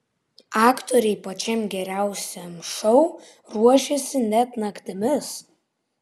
aktoriai pačiam geriausiam šou ruošėsi net naktimis